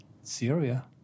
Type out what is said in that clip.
Syria